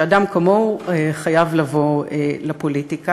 שאדם כמוהו חייב לבוא לפוליטיקה.